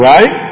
Right